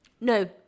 No